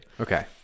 Okay